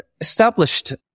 established